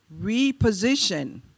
reposition